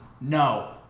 No